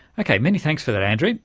okay, many thanks for that andrew.